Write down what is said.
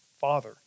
father